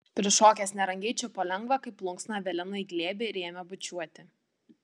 prišokęs nerangiai čiupo lengvą kaip plunksną eveliną į glėbį ir ėmė bučiuoti